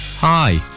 Hi